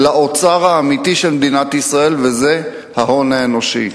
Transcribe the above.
לאוצר האמיתי של מדינת ישראל, וזה ההון האנושי.